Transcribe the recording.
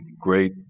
great